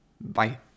Bye